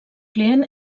client